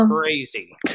crazy